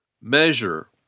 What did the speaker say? Measure